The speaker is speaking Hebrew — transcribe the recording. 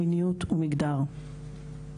מיניות ומגדר.